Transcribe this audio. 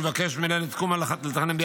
מבקשת מינהלת תקומה לתכנן,